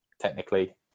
technically